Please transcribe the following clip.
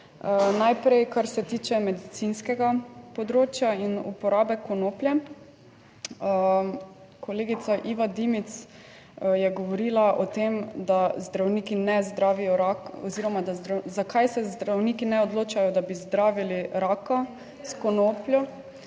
Najprej kar se tiče medicinskega področja in uporabe konoplje. Kolegica Iva Dimic je govorila o tem, da zdravniki ne zdravijo raka oziroma zakaj se zdravniki ne odločajo, da bi zdravili raka s konopljo.